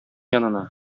янына